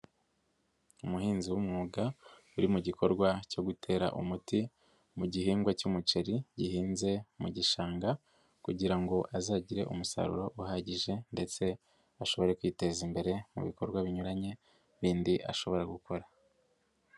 Umuhinzi w'umwuga, uri mu gikorwa cyo gutera umuti, mu gihingwa cy'umuceri, gihinze mu gishanga, kugira ngo azagire umusaruro uhagije, ndetse ashobore kwiteza imbere, mu bikorwa binyuranye bindi ashobora gukora.